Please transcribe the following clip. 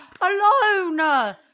alone